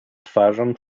twarzą